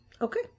Okay